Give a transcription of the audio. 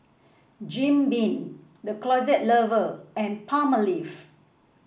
Jim Beam The Closet Lover and Palmolive